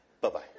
Bye-bye